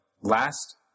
last